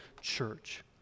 church